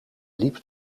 liep